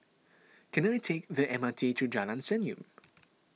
can I take the M R T to Jalan Senyum